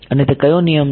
અને તે કયો નિયમ છે